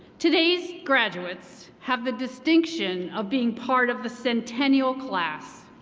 today's graduates have the distinction of being part of the centennial class.